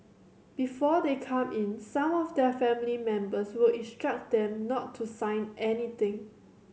before they come in some of their family members will instruct them not to sign anything